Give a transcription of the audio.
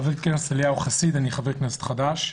חבר הכנסת אליהו חסיד, אני חבר כנסת חדש.